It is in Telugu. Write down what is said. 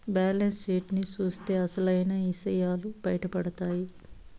బ్యాలెన్స్ షీట్ ని చూత్తే అసలైన ఇసయాలు బయటపడతాయి